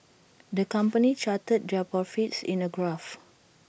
the company charted their profits in A graph